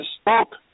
spoke